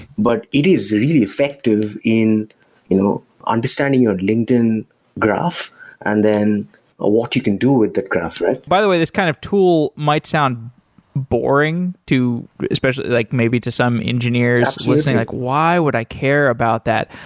but it is really effective in you know understanding your linkedin graph and then ah what you can do with that graph. like by the way, this kind of tool might sound boring to especially like maybe to some engineers listening. like why would i care about that?